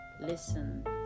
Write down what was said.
Listen